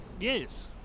Yes